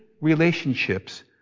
relationships